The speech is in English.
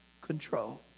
control